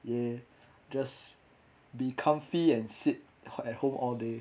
ya just be comfy and sit at home all day